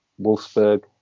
Wolfsburg